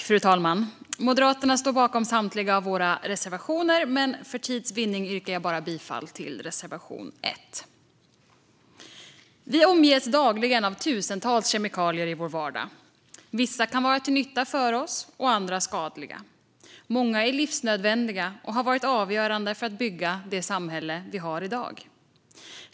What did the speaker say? Fru talman! Vi moderater står bakom samtliga våra reservationer, men för tids vinnande yrkar jag bifall endast till reservation 1. Vi omges dagligen av tusentals kemikalier i vår vardag. Vissa kan vara till nytta för oss medan andra är skadliga. Många är livsnödvändiga och har varit avgörande för att bygga det samhälle vi har i dag.